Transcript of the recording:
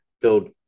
build